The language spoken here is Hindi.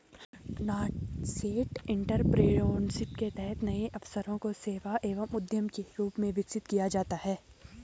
नासेंट एंटरप्रेन्योरशिप के तहत नए अवसरों को सेवा एवं उद्यम के रूप में विकसित किया जाता है